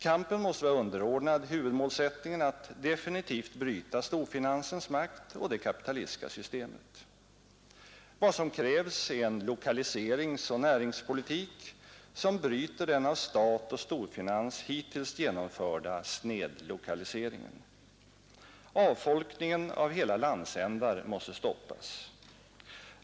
Kampen måste vara underordnad huvudmålsättningen att definitivt bryta storfinansens makt och det kapitalistiska systemet. Vad som krävs är en lokaliseringsoch näringspolitik, som bryter den av stat och storfinans hittills genomförda snedlokaliseringen. Avfolkningen av hela landsändar måste stoppas.